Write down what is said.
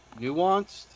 nuanced